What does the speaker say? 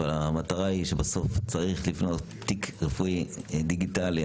אבל המטרה היא שבסוף צריך לבנות תיק רפואי דיגיטלי,